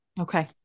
Okay